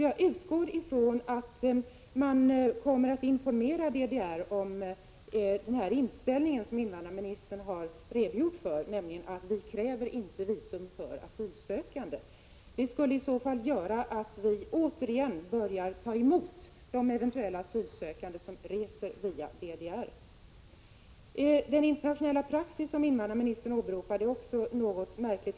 Jag utgår från att man kommer att informera DDR om den inställning som invandrarministern har redogjort för, nämligen att vi inte kräver visum för asylsökande. Det skulle i så fall innebära att vi återigen börjar ta emot de eventuella asylsökande som reser via DDR. Den internationella praxis som invandrarministern åberopade är också något märklig.